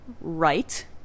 right